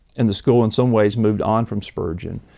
and the school in someways moved on from spurgeon,